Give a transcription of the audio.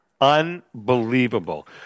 Unbelievable